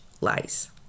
lies